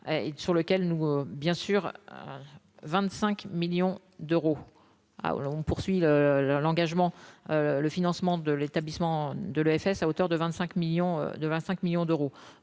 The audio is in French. sur lequel nous bien sûr 25 millions d'euros à alors, poursuit le le l'engagement, le financement de l'établissement de l'EFS à hauteur de 25 millions de